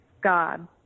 God